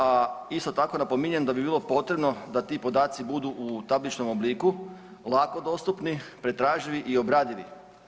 A isto tako napominjem da bi bilo potrebno da ti podaci budu u tabličnom obliku lako dostupni, pretraživi i obradivi.